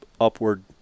upward